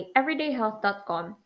everydayhealth.com